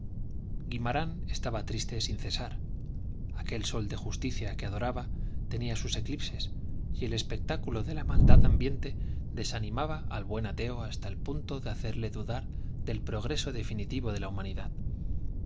guimarán estaba triste sin cesar aquel sol de justicia que adoraba tenía sus eclipses y el espectáculo de la maldad ambiente desanimaba al buen ateo hasta el punto de hacerle dudar del progreso definitivo de la humanidad